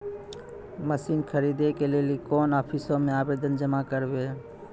Machine खरीदै के लेली कोन आफिसों मे आवेदन जमा करवै?